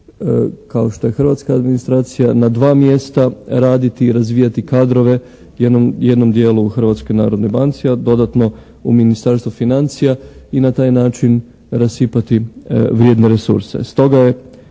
kao što je hrvatska administracija na dva mjesta raditi i razvijati kadrove jednom dijelu u Hrvatskoj narodnoj banci, a dodatno u Ministarstvu financija i na taj način rasipati vrijedne resurse. Stoga je